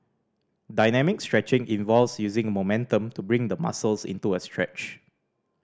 dynamic stretching involves using momentum to bring the muscles into a stretch